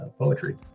poetry